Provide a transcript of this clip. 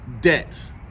debts